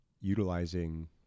utilizing